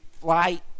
flight